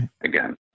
again